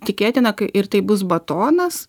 tikėtina kai ir tai bus batonas